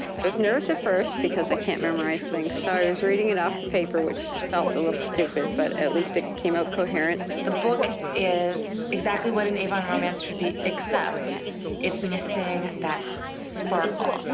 there's nerves at first because i can't memorize things so i was reading it off the paper which felt a little stupid, but at least it came out coherent. the book is exactly what an avon romance should be, except it's missing that sparkle.